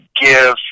give